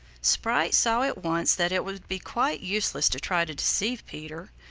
sprite saw at once that it would be quite useless to try to deceive peter.